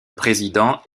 président